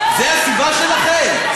זו הסיבה שלכם?